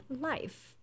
life